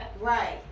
Right